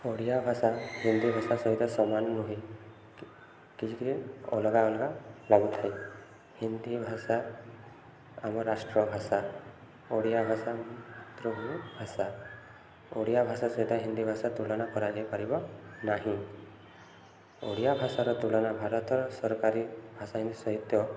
ଓଡ଼ିଆ ଭାଷା ହିନ୍ଦୀ ଭାଷା ସହିତ ସମାନ ନୁହେଁ କିଛି କିଛି ଅଲଗା ଅଲଗା ଲାଗୁଥାଏ ହିନ୍ଦୀ ଭାଷା ଆମ ରାଷ୍ଟ୍ର ଭାଷା ଓଡ଼ିଆ ଭାଷା ମାତୃଭାଷା ଓଡ଼ିଆ ଭାଷା ସହିତ ହିନ୍ଦୀ ଭାଷା ତୁଳନା କରାଯାଇପାରିବ ନାହିଁ ଓଡ଼ିଆ ଭାଷାର ତୁଳନା ଭାରତର ସରକାରୀ ଭାଷା ହିଁ ସହିତ